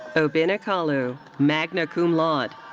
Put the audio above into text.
obinna kalu, magna cum laude.